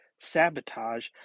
sabotage